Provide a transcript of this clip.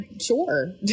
sure